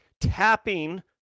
tapping